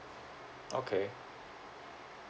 okay